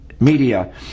Media